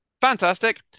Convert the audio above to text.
fantastic